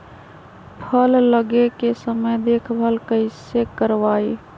फल लगे के समय देखभाल कैसे करवाई?